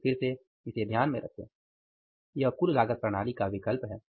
लेकिन फिर से इसे ध्यान में रखें यह कुल लागत प्रणाली का विकल्प है